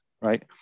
right